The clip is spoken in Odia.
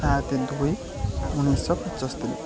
ସାତ ଦୁଇ ଉଣେଇଶହ ପଚସ୍ତରୀ